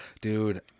Dude